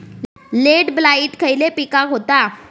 Late blight खयले पिकांका होता?